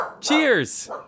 Cheers